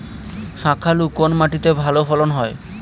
শাকালু কোন মাটিতে ভালো ফলন হয়?